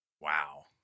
Wow